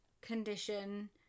condition